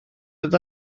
dod